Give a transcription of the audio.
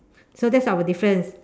so that's our difference